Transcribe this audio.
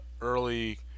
early